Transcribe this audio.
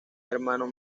hermano